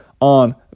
on